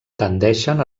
tendeixen